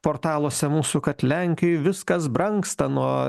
portaluose mūsų kad lenkijoj viskas brangsta nuo